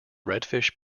redfish